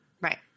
Right